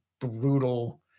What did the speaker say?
brutal